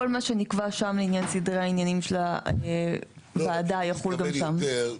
כל מה שנקבע שם לעניין סדרי העניינים של הוועדה יחול גם שם.